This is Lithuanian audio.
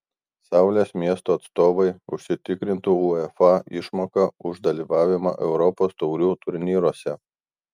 saulės miesto atstovai užsitikrintų uefa išmoką už dalyvavimą europos taurių turnyruose